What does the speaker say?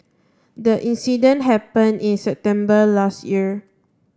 the incident happen in September last year